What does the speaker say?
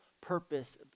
purpose